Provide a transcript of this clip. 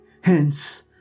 Hence